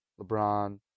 LeBron